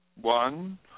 one